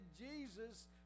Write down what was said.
Jesus